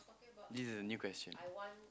this is a new question